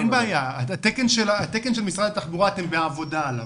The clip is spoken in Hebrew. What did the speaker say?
אין בעיה, התקן של משרד התחבורה, אתם בעבודה עליו,